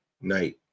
night